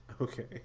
okay